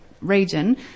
region